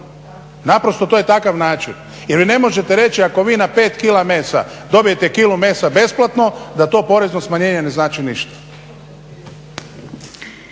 Naprosto to je takav način. Jer vi ne možete reći ako vi na 5 kg mesa dobijete 1 kg mesa besplatno da to porezno smanjenje ne znači ništa.